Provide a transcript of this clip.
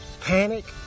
panic